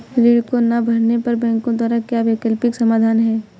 ऋण को ना भरने पर बैंकों द्वारा क्या वैकल्पिक समाधान हैं?